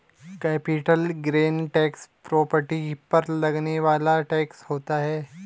capital gain tax property पर लगने वाला टैक्स होता है